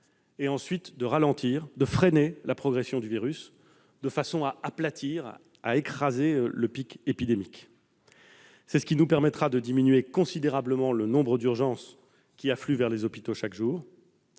et ensuite de ralentir la progression du virus, de façon à aplatir le pic épidémique. C'est ce qui nous permettra de diminuer considérablement le nombre d'urgences qui affluent chaque jour